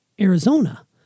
Arizona